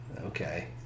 Okay